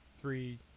three